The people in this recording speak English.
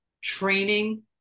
training